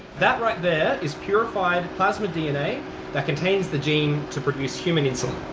that right there is purified plasmid dna that contains the gene to produce human insulin.